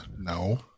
no